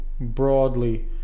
broadly